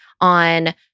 on